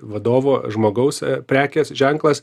vadovo žmogaus prekės ženklas